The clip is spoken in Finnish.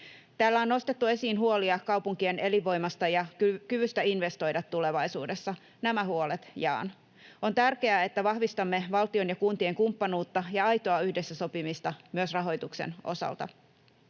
Täällä on nostettu esiin huolia kaupunkien elinvoimasta ja kyvystä investoida tulevaisuudessa. Nämä huolet jaan. On tärkeää, että vahvistamme valtion ja kuntien kumppanuutta ja aitoa yhdessä sopimista myös rahoituksen osalta.